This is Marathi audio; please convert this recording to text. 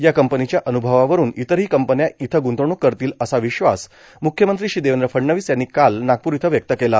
या कंपनीच्या अनुभवावरून इतरही कंपन्या इथं गुंतवणूक करतील असा विश्वास म्रख्यमंत्री श्री देवेंद्र फडणवीस यांनी काल नागपूर इथं व्यक्त केला